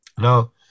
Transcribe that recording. Now